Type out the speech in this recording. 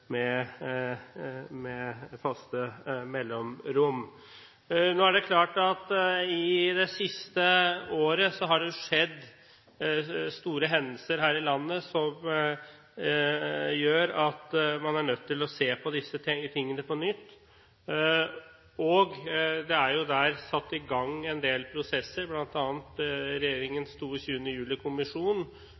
med faste mellomrom. Det er klart at i det siste året har det skjedd store hendelser her i landet som gjør at man er nødt til å se på disse tingene på nytt, og det er satt i gang en del prosesser, bl.a. regjeringens